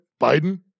Biden